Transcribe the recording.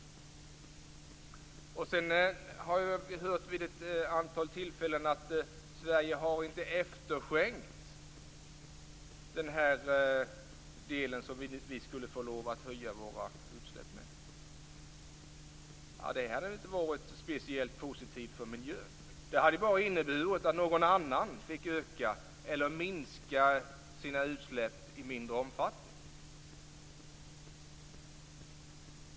Sedan har vi hört vid ett antal tillfällen att Sverige inte har efterskänkt den del som vi skulle få höja våra utsläpp med. Det hade väl inte varit speciellt positivt för miljön. Det hade ju inneburit att någon annan fick öka sina utsläpp eller minska dem i mindre omfattning.